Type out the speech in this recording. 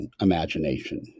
imagination